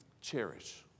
cherish